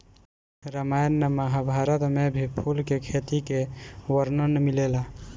रामायण महाभारत में भी फूल के खेती के वर्णन मिलेला